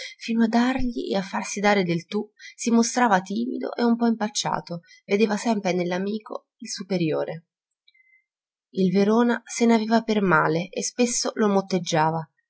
fino a dargli e a farsi dare del tu si mostrava timido e un po impacciato vedeva sempre nell'amico il superiore il verona se n'aveva per male e spesso lo motteggiava